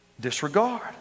disregard